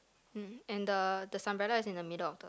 um and the the umbrella is in the middle of the